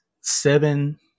seven